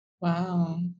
Wow